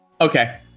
Okay